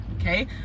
okay